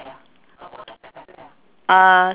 uh